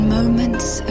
moments